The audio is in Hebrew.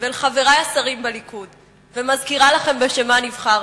ואל חברי השרים בליכוד ומזכירה לכם בשם מה נבחרתם.